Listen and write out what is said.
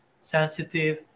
sensitive